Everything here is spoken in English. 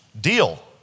Deal